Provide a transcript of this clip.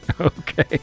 Okay